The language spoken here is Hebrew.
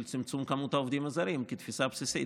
של צמצום מספר העובדים הזרים כתפיסה בסיסית,